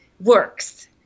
works